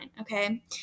okay